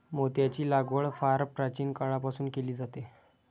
मोत्यांची लागवड फार प्राचीन काळापासून केली जाते